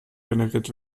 generiert